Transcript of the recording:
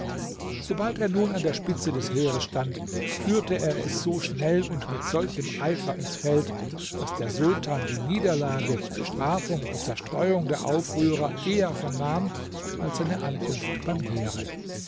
sobald er nun an der spitze des heeres stand führte er es so schnell und mit solchem eifer ins feld daß der sultan die niederlage bestrafung und zerstreuung der aufrührer eher vernahm als seine ankunft beim heere